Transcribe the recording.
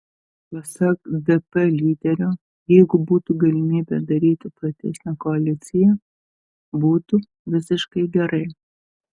pasak dp lyderio jeigu būtų galimybė daryti platesnę koaliciją būtų visiškai gerai